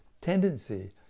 tendency